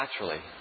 naturally